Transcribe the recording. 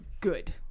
good